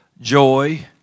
joy